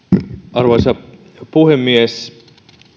arvoisa puhemies